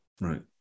Right